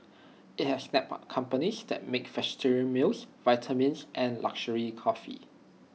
IT has snapped up companies that make vegetarian meals vitamins and luxury coffee